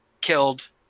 killed